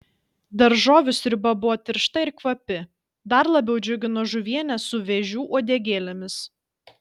daržovių sriuba buvo tiršta ir kvapi dar labiau džiugino žuvienė su vėžių uodegėlėmis